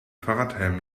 fahrradhelm